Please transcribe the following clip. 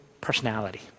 personality